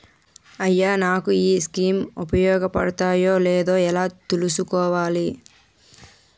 అయ్యా నాకు ఈ స్కీమ్స్ ఉపయోగ పడతయో లేదో ఎలా తులుసుకోవాలి?